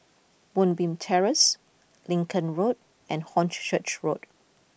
Moonbeam Terrace Lincoln Road and Horn Church Road